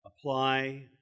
apply